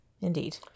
Indeed